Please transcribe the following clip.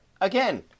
Again